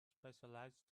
specialized